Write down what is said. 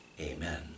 Amen